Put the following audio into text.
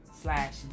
slash